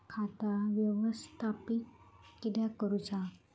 खाता व्यवस्थापित किद्यक करुचा?